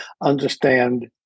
understand